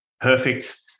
Perfect